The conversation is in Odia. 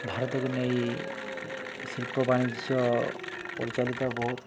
ଭାରତକୁ ନେଇ ଶିଳ୍ପ ବାଣିଜ୍ୟ ପରିଚାଳିତ ବହୁତ